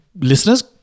listeners